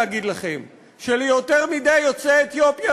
להגיד לכם שליותר מדי יוצאי אתיופיה